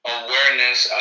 awareness